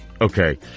Okay